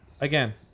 again